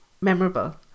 memorable